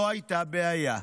לא הייתה בעיה.